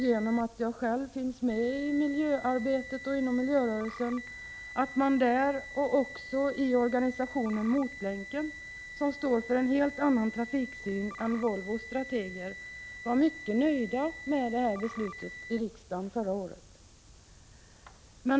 Genom att jag själv deltar i miljöarbetet och finns med i miljörörelsen vet jag att man där liksom i organisationen Motlänken, som står för en helt annan trafiksyn än Volvos strateger, var mycket nöjd med riksdagsbeslutet förra året.